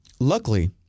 Luckily